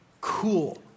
cool